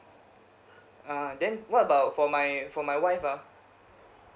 ah then what about for my for my wife ah